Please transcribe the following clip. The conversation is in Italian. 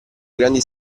grandi